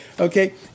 Okay